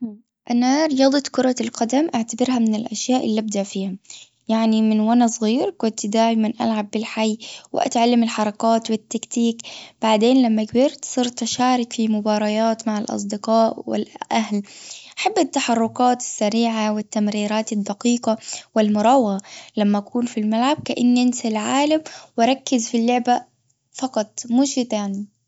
قناة رياضة كرة القدم أعتبرها من الأشياء اللي أبدع فيها. يعني من وأنا صغير كنت دائما ألعب بالحي واتعلم الحركات والتكتيك. بعدين لما كبرت صرت أشارك في مباريات مع الأصدقاء والأهل. حب التحركات السريعة والتمريرات الدقيقة والمراوغة لما أكون في الملعب كان أنسي العالم وأركز في اللعب فقط مو شيء تاني.